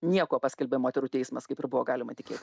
nieko paskelbė moterų teismas kaip ir buvo galima tikėtis